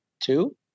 two